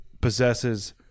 possesses